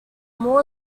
more